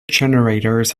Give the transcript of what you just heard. generators